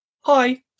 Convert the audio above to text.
hi